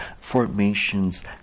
formations